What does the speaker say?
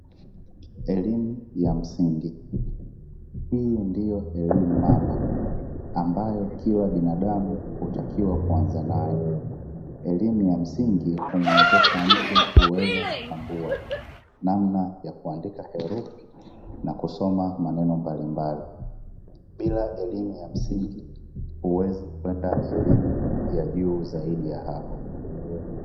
Elimu ya msingi, hii ndiyo elimu mama ambayo kila binadamu hutakiwa kuanza nayo, elimu ya msingi humuwezesha mtu kuweza kutambua namna ya kuandika herufi na kusoma maneno mbalimbali. Bila elimu ya msingi huwezi kwenda elimu ya juu zaidi ya hapo.